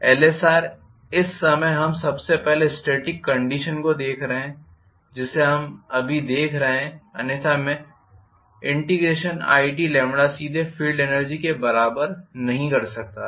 Lsr इस समय हम सबसे पहले स्टॅटिक कंडीशन को देख रहे हैं जिसे हम अभी देख रहे हैं अन्यथा मैं idλ सीधे फील्ड एनर्जी के बराबर नहीं कर सकता था